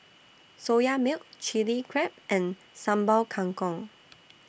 Soya Milk Chilli Crab and Sambal Kangkong